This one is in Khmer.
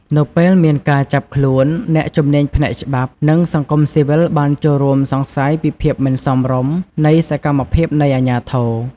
នៅពេលមានការចាប់ខ្លួន អ្នកជំនាញផ្នែកច្បាប់ និងសង្គមស៊ីវិលបានចូលរួមសង្ស័យពីភាពមិនសមរម្យនៃសកម្មភាពនៃអាជ្ញាធរ។